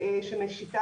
זה נחשב שהוא קיבל,